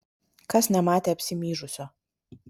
kas nematė apsimyžusio